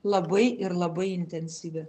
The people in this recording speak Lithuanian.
labai ir labai intensyvi